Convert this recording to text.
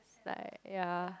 like ya